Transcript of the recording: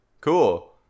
cool